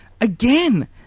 Again